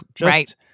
right